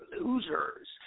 losers